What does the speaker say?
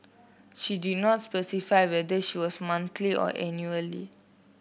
she did not specify whether she was monthly or annually